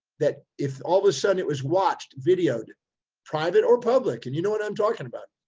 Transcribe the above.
that if all of a sudden it was watched, videoed private or public, and you know what i'm talking about,